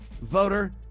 voter